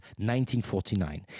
1949